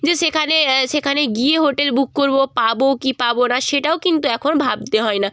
যে সেখানে সেখানে গিয়েও হোটেল বুক করব পাব কি পাব না সেটাও কিন্তু এখন ভাবতে হয় না